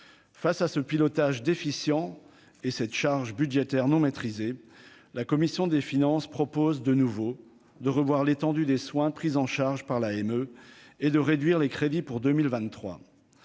face à ce pilotage déficient et cette charge budgétaire non maîtrisée, la commission des finances propose de nouveau de revoir l'étendue des soins pris en charge par la haine et de réduire les crédits pour 2023